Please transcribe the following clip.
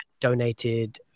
donated